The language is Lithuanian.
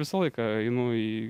visą laiką einu į